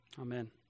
Amen